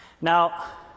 Now